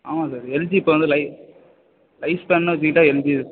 ஆமாம் sir LG இப்போ வந்து லை லைஃப் டேர்ம்ன்னு வச்சிக்கிட்டால் எல்ஜி